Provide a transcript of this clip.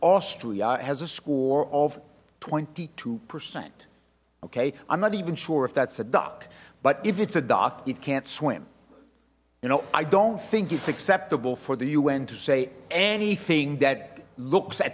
austria has a score of twenty two percent okay i'm not even sure if that's a duck but if it's a dock it can't swim you know i don't think it's acceptable for the un to say anything that looks a